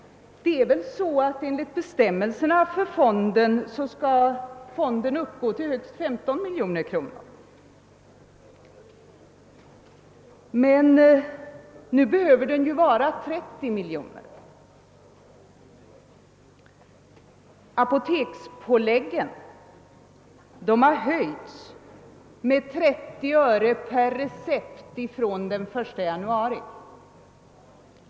Det är väl så att den, enligt bestämmelserna för fonden, skall uppgå till högst 15 miljoner kronor? Men nu behöver den ju uppgå till 30 miljoner. Apotekspåläggen har höjts med 30 öre per recept från den 1 januari.